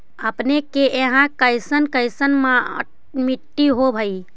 अपने के यहाँ कैसन कैसन मिट्टी होब है?